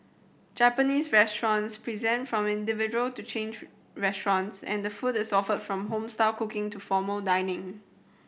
Japanese restaurants present from individual to chain restaurants and the food is offered from home style cooking to formal dining